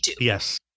Yes